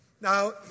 Now